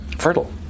fertile